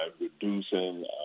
reducing